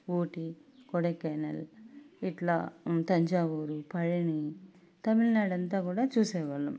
ఊటీ కొడైకెనాల్ ఇట్ల తంజావూరు పళని తమిళ్నాడు అంతా కూడా చూసేవాళ్ళం